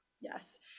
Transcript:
Yes